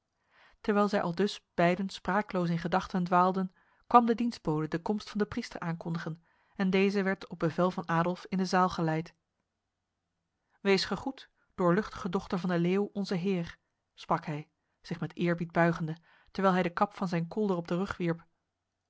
terwijl zij aldus beiden spraakloos in gedachten dwaalden kwam de dienstbode de komst van de priester aankondigen en deze werd op bevel van adolf in de zaal geleid wees gegroet doorluchtige dochter van de leeuw onze heer sprak hij zich met eerbied buigende terwijl hij de kap van zijn kolder op de rug